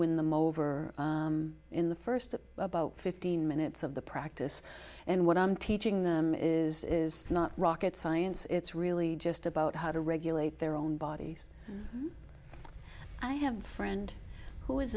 win them over in the first about fifteen minutes of the practice and what i'm teaching them is not rocket science it's really just about how to regulate their own bodies i have friend who is